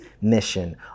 mission